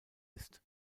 ist